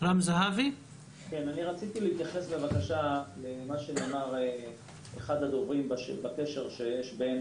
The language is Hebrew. רציתי להתייחס למה שאמר אחד הדוברים על הקשר שיש בין